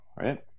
right